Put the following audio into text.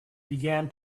began